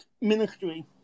ministry